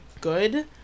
good